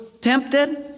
tempted